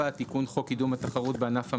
תיקון חוק קידום התחרות בענף המזון,